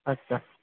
अच्छा